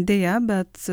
deja bet